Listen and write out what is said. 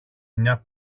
μια